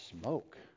smoke